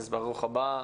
אז ברוך הבא.